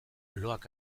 loak